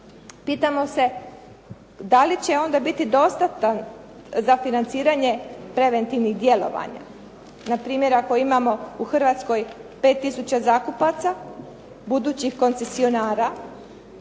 Pitamo se da li će onda biti dostatan za financiranje preventivnih djelovanja npr. ako imamo u Hrvatskoj 5 tisuća zakupaca budućih koncesionara,